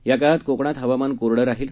या काळात कोकणात हवामान कोरडं राहिल